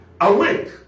Awake